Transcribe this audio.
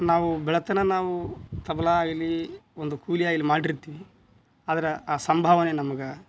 ನಾವು ಬೆಳೆತನ ನಾವು ತಬಲ ಆಗ್ಲಿ ಒಂದು ಕೂಲಿ ಆಗ್ಲಿ ಮಾಡಿರ್ತೀವಿ ಆದ್ರೆ ಆ ಸಂಭಾವನೆ ನಮ್ಗೆ